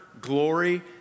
glory